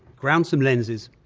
ground some lenses,